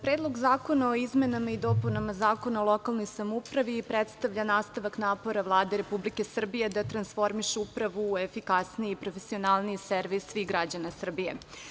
Predlog zakona o izmenama i dopunama Zakona o lokalnoj samoupravi predstavlja nastavak napora Vlade Republike Srbije da transformiše upravu u efikasniji i profesionalniji servis svih građana Srbije.